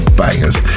bangers